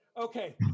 Okay